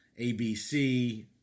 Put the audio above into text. ABC